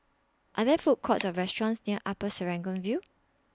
Are There Food Courts Or restaurants near Upper Serangoon View